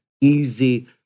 easy